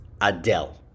Adele